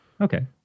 Okay